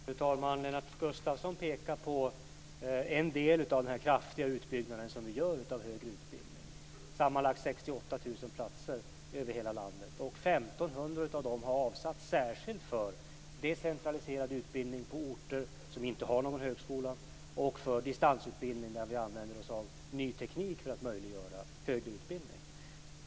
Fru talman! Lennart Gustavsson pekar på en del av den kraftiga utbyggnad som vi gör av den högre utbildningen, med 68 000 platser över hela landet. 1 500 av dem har avsatts särskilt för decentraliserad utbildning på orter som inte har någon högskola och för distansutbildning, där vi använder ny teknik för att möjliggöra högre utbildning.